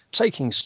taking